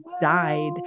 died